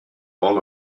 all